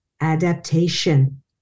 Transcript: adaptation